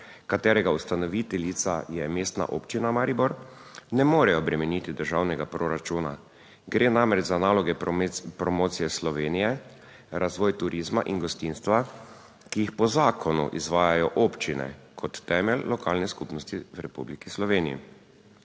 katerega ustanoviteljica je Mestna občina Maribor, ne more obremeniti državnega proračuna, gre namreč za naloge promocije Slovenije, razvoj turizma in gostinstva, ki jih po zakonu izvajajo občine kot temelj lokalne skupnosti v Republiki Sloveniji.